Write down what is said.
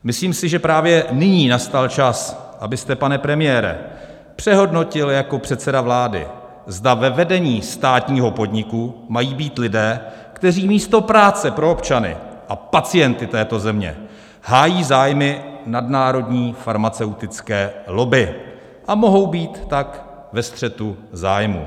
Myslím si, že právě nyní nastal čas, abyste, pane premiére, přehodnotil jako předseda vlády, zda ve vedení státního podniku mají být lidé, kteří místo práce pro občany a pacienty této země hájí zájmy nadnárodní farmaceutické lobby a mohou být tak ve střetu zájmů.